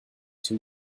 too